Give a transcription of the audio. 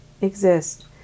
exist